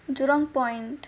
jurong point